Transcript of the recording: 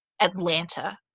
Atlanta